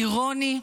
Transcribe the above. אירוני,